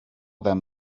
them